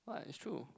what it's true